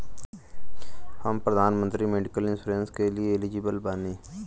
हम प्रधानमंत्री medical insurance के लिए एलिजिबल बानी?